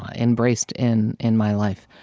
ah embraced in in my life.